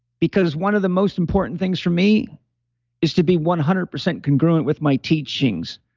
because one of the most important things for me is to be one hundred percent congruent with my teachings.